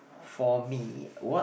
for me what